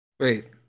Wait